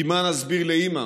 כי מה נסביר לאימא